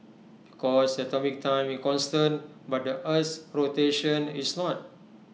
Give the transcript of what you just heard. because atomic time is constant but the Earth's rotation is not